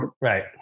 right